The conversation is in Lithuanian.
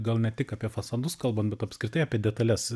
gal ne tik apie fasadus kalbant bet apskritai apie detales